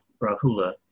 Rahula